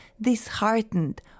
disheartened